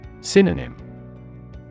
synonym